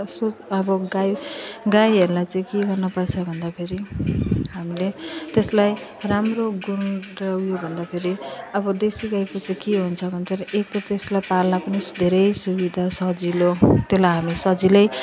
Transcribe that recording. र सब गाई गाईहरूलाई चाहिँ के गर्नु पर्छ भन्दाखेरि हामीले त्यसलाई राम्रो गुण र उयो भन्दाफेरि अब देसी गाईको चाहिँ के हुन्छ भन्दा त एक त त्यसलाई पाल्नु पनि धेरै सुविधा सजिलो त्यसलाई हामी सजिलो